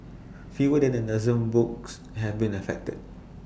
fewer than A dozen books have been affected